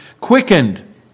quickened